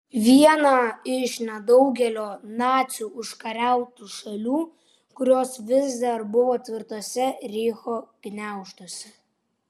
vieną iš nedaugelio nacių užkariautų šalių kurios vis dar buvo tvirtuose reicho gniaužtuose